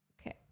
okay